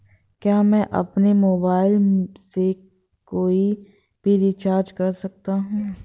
क्या मैं अपने मोबाइल से कोई भी रिचार्ज कर सकता हूँ?